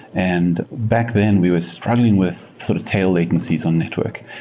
and back then we were struggling with sort of tail latencies on network.